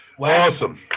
Awesome